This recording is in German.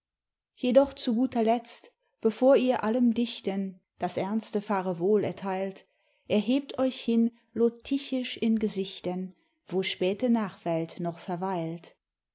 jedoch zu guter letzt bevor ihr allem dichten das ernste fahrewohl erteilt erhebt euch hin lotichisch in gesichten wo späte nachwelt noch verweilt